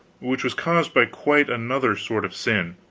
which was caused by quite another sort of sin.